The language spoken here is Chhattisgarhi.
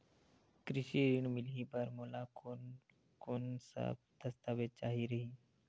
कृषि ऋण मिलही बर मोला कोन कोन स दस्तावेज चाही रही?